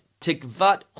tikvat